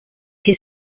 his